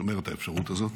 אני שומר את האפשרות הזאת,